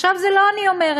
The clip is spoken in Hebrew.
עכשיו, את זה לא אני אומרת,